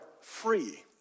free